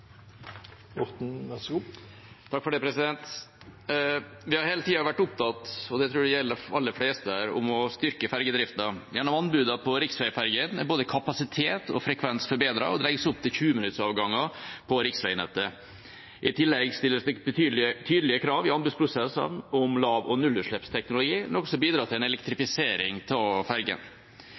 Så kommer jeg tilbake til dette med takstnivået. Da har representanten Kirsti Leirtrø tatt opp de forslagene hun refererte til. Vi har hele tiden vært opptatt av – og det tror jeg gjelder de aller fleste her – å styrke fergedriften. Gjennom anbudene på riksveifergene er både kapasitet og frekvens forbedret, og det legges opp til 20-minuttsavganger på riksveinettet. I tillegg stilles det tydelige krav i anbudsprosessene om lav- og nullutslippsteknologi, noe som bidrar